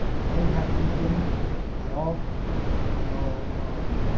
i didn't have any feeling at all you know, um,